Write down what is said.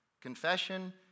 Confession